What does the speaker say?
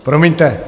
Promiňte.